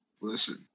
Listen